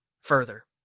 further